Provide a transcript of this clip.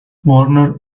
warner